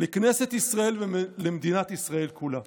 לכנסת ישראל ולמדינת ישראל כולה.